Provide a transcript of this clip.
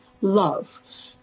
love